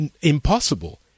impossible